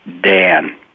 Dan